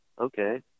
Okay